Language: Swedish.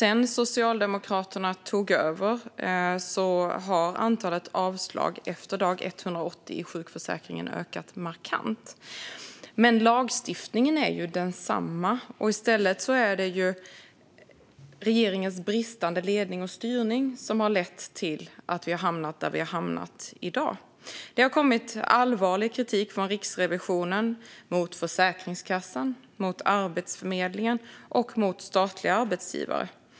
Sedan Socialdemokraterna tog över har antalet avslag efter dag 180 i sjukförsäkringen ökat markant. Men lagstiftningen är densamma. Det är regeringens bristande ledning och styrning som har lett till att vi har hamnat där vi är i dag. Det har kommit allvarlig kritik från Riksrevisionen mot Försäkringskassan, Arbetsförmedlingen och statliga arbetsgivare.